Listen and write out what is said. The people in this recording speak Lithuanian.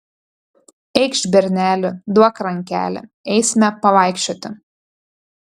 eikš berneli duok rankelę eisime pavaikščioti